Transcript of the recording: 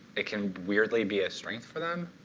it can weirdly be a strength for them,